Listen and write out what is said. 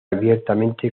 abiertamente